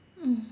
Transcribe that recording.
mm